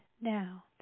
now